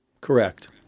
Correct